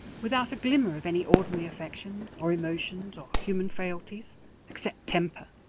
without a glimmer of any ordinary affections or emotions or human frailties except temper.